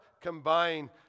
combine